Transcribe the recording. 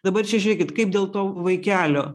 dabar čia žiūrėkit kaip dėl to vaikelio